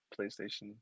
PlayStation